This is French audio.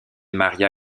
maria